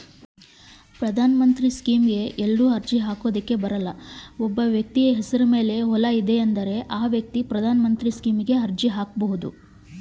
ನಾನು ಪ್ರಧಾನ ಮಂತ್ರಿ ಸ್ಕೇಮಿಗೆ ಅರ್ಜಿ ಹಾಕಬಹುದಾ?